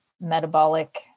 metabolic